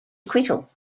acquittal